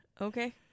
Okay